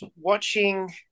watching